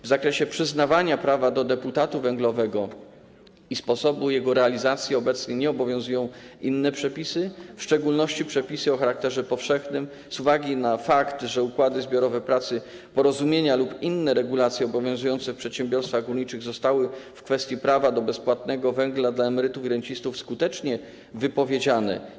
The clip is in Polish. W zakresie przyznawania prawa do deputatu węglowego i sposobu jego realizacji obecnie nie obowiązują inne przepisy, w szczególności przepisy o charakterze powszechnym, z uwagi na fakt, że układy zbiorowe pracy, porozumienia lub inne regulacje obowiązujące w przedsiębiorstwach górniczych zostały w kwestii prawa do bezpłatnego węgla dla emerytów i rencistów skutecznie wypowiedziane.